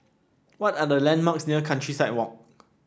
what are the landmarks near Countryside Walk